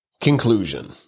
Conclusion